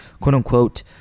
quote-unquote